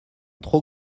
trop